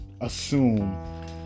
assume